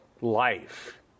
life